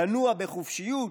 לנוע בחופשיות,